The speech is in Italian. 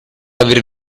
aver